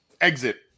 exit